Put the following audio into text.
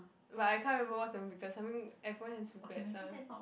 but I can't remember what's the biggest I mean everyone has regrets ah